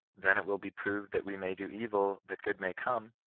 then it will be proved that we may do evil that good may come,